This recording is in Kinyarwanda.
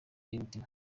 y’umutima